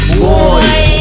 boys